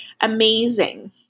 amazing